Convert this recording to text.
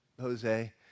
Jose